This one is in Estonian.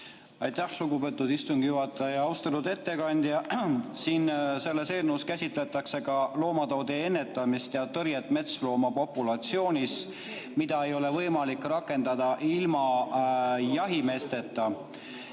Aitäh, lugupeetud istungi juhataja! Austatud ettekandja! Siin selles eelnõus käsitletakse ka loomataudide ennetamist ja tõrjet metslooma populatsioonis, mida ei ole võimalik rakendada ilma jahimeesteta.